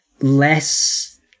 less